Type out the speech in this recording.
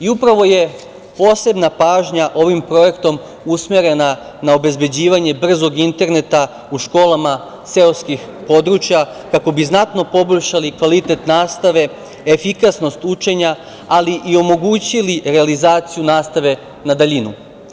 Upravo je posebna pažnja ovim projektom usmerena na obezbeđivanje brzog interneta u školama seoskih područja, kako bi znatno poboljšali kvalitet nastave, efikasnost učenja, ali i omogućili realizaciju nastave na daljinu.